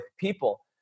people